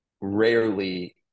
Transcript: Rarely